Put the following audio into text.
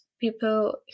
people